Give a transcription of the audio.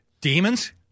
Demons